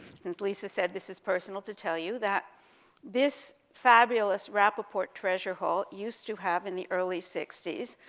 since lisa said this was personal to tell you, that this fabulous rappaport treasure hall, used to have, in the early sixty s,